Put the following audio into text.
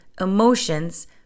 emotions